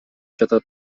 жатат